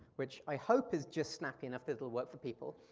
which i hope is just snappy enough that it'll work for people.